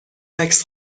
عکس